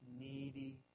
needy